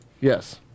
Yes